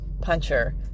Puncher